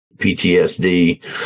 PTSD